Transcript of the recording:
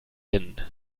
hin